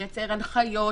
לייצר הנחיות,